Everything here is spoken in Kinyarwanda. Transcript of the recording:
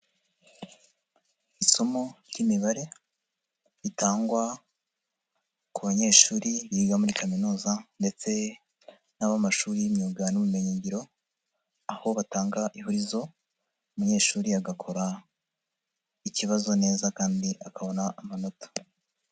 Isomo ry'imibare ritangwa ku banyeshuri biga muri kaminuza ndetse nabo mu mashuri y'imyuga n'ubumenyiyingiro aho batanga ihurizo umunyeshuri agakora ikibazo neza kandi akabona amanota.